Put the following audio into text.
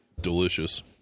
delicious